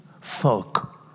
folk